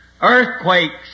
earthquakes